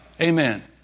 Amen